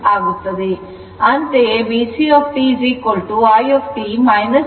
ಅಂತೆಯೇ VC t i t j X C